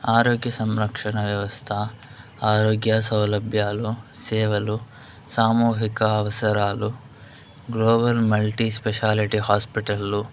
ఆరోగ్య సంరక్షణ వ్యవస్థ ఆరోగ్య సౌలభ్యాలు సేవలు సామూహిక అవసరాలు గ్లోబల్ మల్టీ స్పెషాలిటీ హాస్పిటల్ల్లు